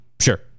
sure